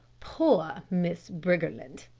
poor miss briggerland,